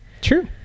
True